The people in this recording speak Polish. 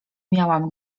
miałam